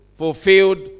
fulfilled